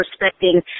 respecting